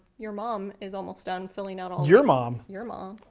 your mom is almost done filling out. um your mom. your mom.